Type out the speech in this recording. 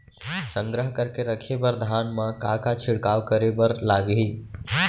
संग्रह करके रखे बर धान मा का का छिड़काव करे बर लागही?